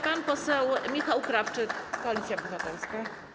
Pan poseł Michał Krawczyk, Koalicja Obywatelska.